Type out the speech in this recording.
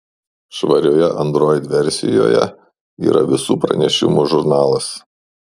švarioje android versijoje yra visų pranešimų žurnalas